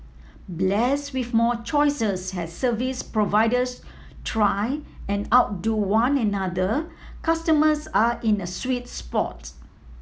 blessed with more choices as service providers try and outdo one another customers are in a sweet spot